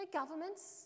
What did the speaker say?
governments